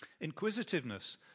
Inquisitiveness